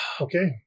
Okay